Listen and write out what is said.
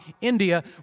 India